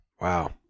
Wow